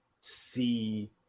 see